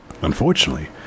Unfortunately